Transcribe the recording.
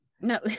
No